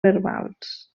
verbals